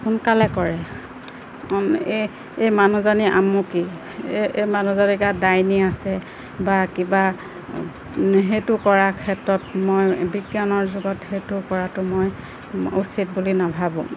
সোনকালে কৰে এই এই মানুহজনী আমুকী এই এই মানুহজনী গাত ডাইনী আছে বা কিবা সেইটো কৰা ক্ষেত্ৰত মই বিজ্ঞানৰ যুগত সেইটো কৰাটো মই উচিত বুলি নাভাবোঁ